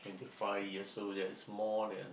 five years so that is more than